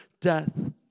death